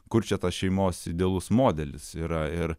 kur čia tas šeimos idealus modelis yra ir